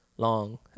long